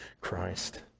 christ